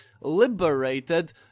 liberated